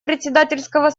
председательского